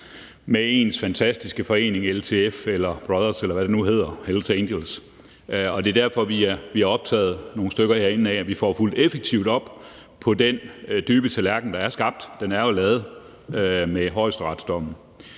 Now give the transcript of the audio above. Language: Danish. med ens fantastiske forening, LTF eller Brothas eller Hells Angels, eller hvad de nu hedder. Og det er derfor, vi er nogle stykker herinde, der er optaget af, at vi får fulgt effektivt op på den dybe tallerken, der er opfundet – den er jo lavet med højesteretsdommen.